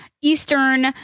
eastern